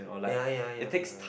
ya ya ya ya